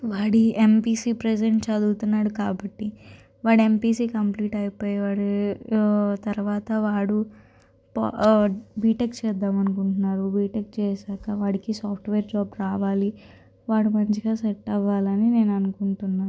వాడి MPC present చదువుతున్నాడు కాబట్టి వాడు ఎంపీసీ కంప్లీట్ అయిపోయి వాడు తర్వాత వాడు బీటెక్ చేద్దాము అని అనుకుంటున్నాడు బీటెక్ చేసాక వాడికి సాఫ్ట్వేర్ జాబ్ రావాలి వాడు మంచిగా సెట్ అవ్వాలని నేను అనుకుంటున్నాను